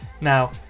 Now